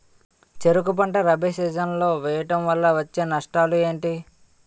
చెరుకు పంట రబీ సీజన్ లో వేయటం వల్ల వచ్చే నష్టాలు ఏంటి?